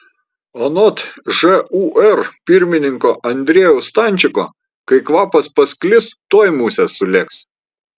anot žūr pirmininko andriejaus stančiko kai kvapas pasklis tuoj musės sulėks